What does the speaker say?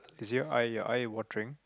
is your eye your eye watering